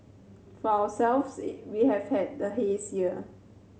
for ourselves we have had the haze year